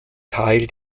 teil